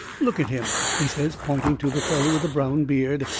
look at him, he says, pointing to the feller with the brown beard,